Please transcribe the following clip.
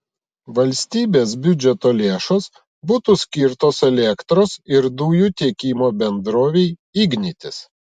valstybės biudžeto lėšos būtų skirtos elektros ir dujų tiekimo bendrovei ignitis